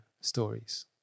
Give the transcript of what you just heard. stories